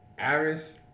Aris